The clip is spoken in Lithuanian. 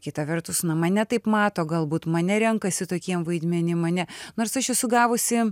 kita vertus na mane taip mato galbūt mane renkasi tokiem vaidmenim mane nors aš esu gavusi